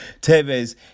Tevez